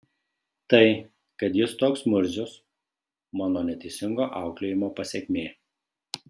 tai kad jis toks murzius mano neteisingo auklėjimo pasekmė